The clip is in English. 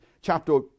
chapter